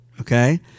Okay